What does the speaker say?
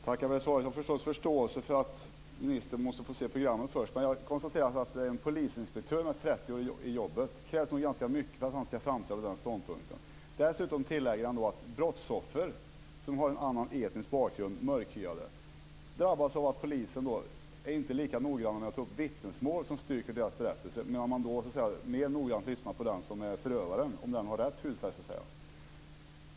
Herr talman! Jag tackar för svaret. Jag har förstås förståelse för att ministern måste få se programmet först. Men jag konstaterar att det är en polisinspektör med 30 år i jobbet. Det krävs nog ganska mycket för att han ska framträda med den ståndpunkten. Dessutom tillägger han att brottsoffer som har en annan etnisk bakgrund, är mörkhyade, drabbas av att polisen inte är lika noggrann med att ta upp vittnesmål som styrker deras berättelse. Man lyssnar mer noggrant på förövaren om denne har rätt hudfärg så att säga.